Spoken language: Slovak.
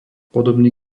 podobný